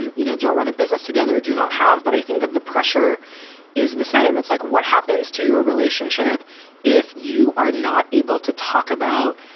and you know, don't run a business together, do you not have. but i think that the pressure is the same. it's like what happens to your relationship if you are not able to talk about